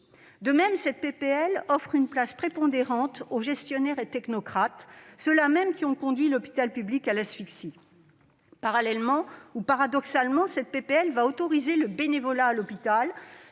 proposition de loi offre une place prépondérante aux gestionnaires et technocrates, ceux-là mêmes qui ont conduit l'hôpital public à l'asphyxie. Parallèlement, ou paradoxalement, le texte autorise le bénévolat à l'hôpital,